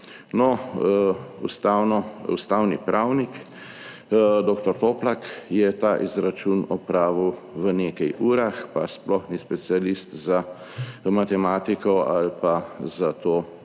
Ustavni pravnik dr. Toplak je ta izračun opravil v nekaj urah pa sploh ni specialist za matematiko ali pa za to